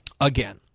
Again